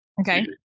Okay